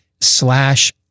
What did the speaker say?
slash